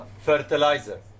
fertilizer